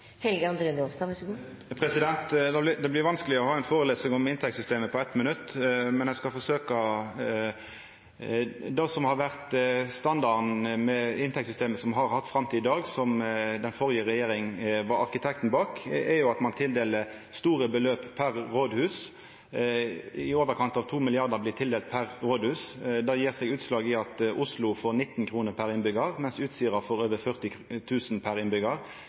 Det blir vanskeleg å ha ei førelesing om inntektssystemet på eitt minutt, men eg skal forsøkja. Det som har vore standarden i inntektssystemet me har hatt fram til i dag, som den førre regjeringa var arkitekten bak, er at ein tildeler store beløp per rådhus. I overkant av 2 mrd. kr blir tildelte per rådhus. Det gjev seg utslag i at Oslo får 19 kr per innbyggjar, mens Utsira får over 40 000 kr per innbyggjar. Me har sagt at det blir feil å tildela så masse per